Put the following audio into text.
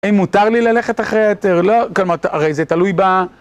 אם מותר לי ללכת אחרי היתר? הרי זה תלוי ב...